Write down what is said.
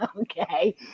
okay